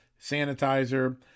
sanitizer